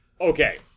Okay